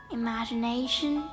imagination